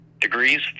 degrees